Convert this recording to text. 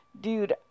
Dude